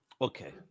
Okay